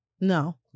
No